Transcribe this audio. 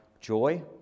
joy